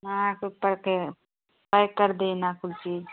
हाँ सब करके पैक कर देना सब चीज़